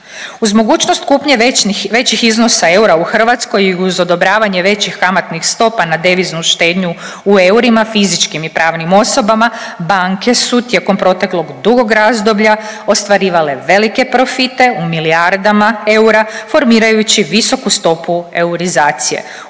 Uz mogućnost kupnje većih iznosa eura u Hrvatskoj uz odobravanje većih kamatnih stopa na deviznu štednju u eurima fizičkim i pravnim osobama, banke su tijekom proteklog dugog razdoblja ostvarivale velike profite u milijardama eura formirajući visoku stopu eurizacije,